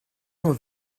nur